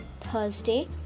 Thursday